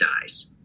dies